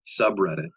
subreddit